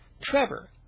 Trevor